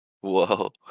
Whoa